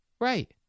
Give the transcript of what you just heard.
Right